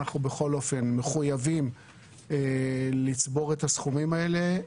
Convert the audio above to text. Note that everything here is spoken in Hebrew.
אנחנו בכל אופן מחויבים לצבור את הסכומים האלה,